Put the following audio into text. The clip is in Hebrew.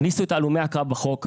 תכניסו את הלומי הקרב בחוק,